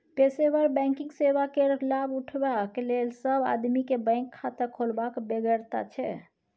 पेशेवर बैंकिंग सेवा केर लाभ उठेबाक लेल सब आदमी केँ बैंक खाता खोलबाक बेगरता छै